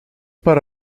para